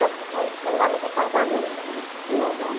चप्पल चमड़ा वाले चप्पल का रेन्ज मत कितना है